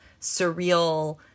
surreal